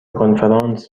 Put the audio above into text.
کنفرانس